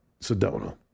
Sedona